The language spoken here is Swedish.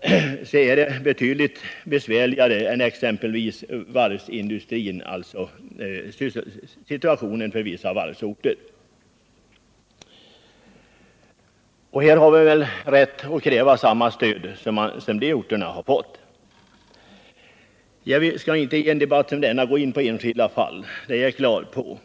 är sysselsättningssituationen betydligt besvärligare där än fört.ex. vissa varvsorter, och vi har väl rätt att kräva samma stöd som de orterna har fått. Man bör inte i en debatt som denna gå in på enskilda fall. Det har jag klart för mig.